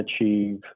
achieve